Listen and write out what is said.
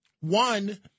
One